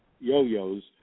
yo-yos